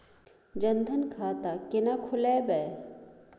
जनधन खाता केना खोलेबे?